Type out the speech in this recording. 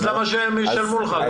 אז למה שהקופות ישלמו לך?